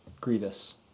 Grievous